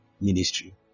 ministry